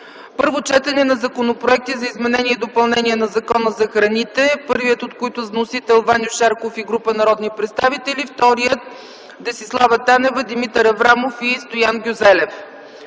Първо четене на законопроекти за изменение и допълнение на Закона за храните. Първият е на Ваньо Шарков и група народни представители; вторият – на Десислава Танева, Димитър Аврамов и Стоян Гюзелев.